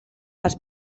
les